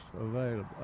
available